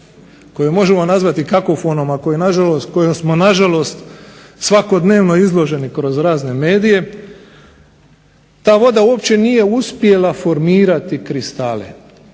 koju možemo nazvati kakofonom kojom smo nažalost svakodnevno izloženi kroz razne medije, ta voda uopće nije uspjela formirati kristale,